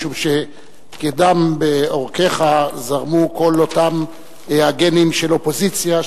משום שכדם בעורקיך זרמו כל אותם הגנים של אופוזיציה,